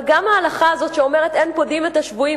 אבל גם ההלכה הזאת שאומרת "אין פודין את השבויים